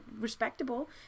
respectable